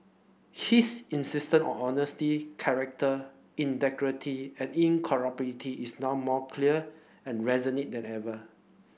his insistence on honesty character integrity and incorruptibility is now more clear and resonant than ever